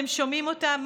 אתם שומעים אותם.